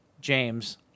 James